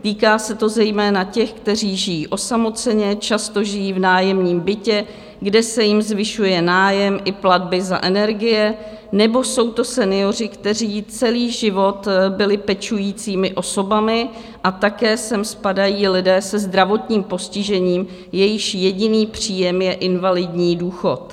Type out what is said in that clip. Týká se to zejména těch, kteří žijí osamoceně, často žijí v nájemním bytě, kde se jim zvyšuje nájem i platby za energie, nebo jsou to senioři, kteří celý život byli pečujícími osobami, a také sem spadají lidé se zdravotním postižením, jejichž jediný příjem je invalidní důchod.